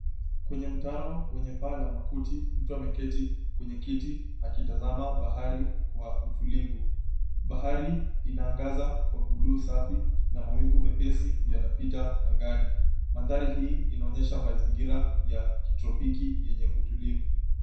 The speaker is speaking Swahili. Kwenye mtaro wenye paa la makuti, mtu ameketi kwenye kiti akitazama bahari kwa utulivu. Bahari inaangaza kwa buluu safi na mawingu mepesi yanapita angani. Mandhari hii inaonyesha mazingira ya kitropiki yenye utulivu.